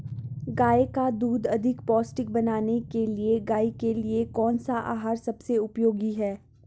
गाय का दूध अधिक पौष्टिक बनाने के लिए गाय के लिए कौन सा आहार सबसे उपयोगी है?